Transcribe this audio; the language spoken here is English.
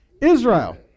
Israel